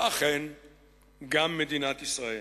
ואכן גם מדינת ישראל.